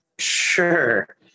Sure